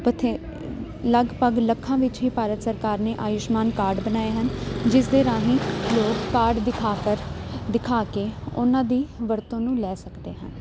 ਬਥੇ ਲਗਭਗ ਲੱਖਾਂ ਵਿੱਚ ਹੀ ਭਾਰਤ ਸਰਕਾਰ ਨੇ ਆਯੁਸ਼ਮਾਨ ਕਾਰਡ ਬਣਾਏ ਹਨ ਜਿਸ ਦੇ ਰਾਹੀਂ ਲੋਕ ਕਾਡ ਦਿਖਾ ਕਰ ਦਿਖਾ ਕੇ ਉਹਨਾਂ ਦੀ ਵਰਤੋਂ ਨੂੰ ਲੈ ਸਕਦੇ ਹਨ